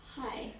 Hi